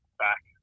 back